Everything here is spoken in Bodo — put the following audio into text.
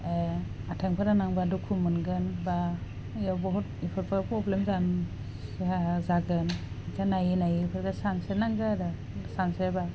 ओह आथेंफ्रा नांबा दुखु मोनगोन बा एयाव बुहुत एफोरबो पब्लेम जागोन नायै नायै बेफरखो सानस्रि नांगो आरो सोनस्रिबा